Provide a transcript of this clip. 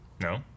No